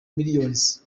millions